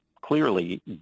clearly